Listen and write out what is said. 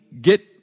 get